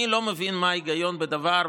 אני לא מבין מה ההיגיון בדבר,